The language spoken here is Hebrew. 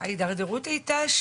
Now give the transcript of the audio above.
ההתדרדרות היתה,